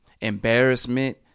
Embarrassment